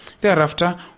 Thereafter